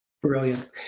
Brilliant